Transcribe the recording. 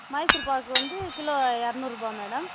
மைசூர் பாக்கு வந்து கிலோ இரநூறுபா மேடம்